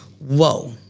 whoa